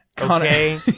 okay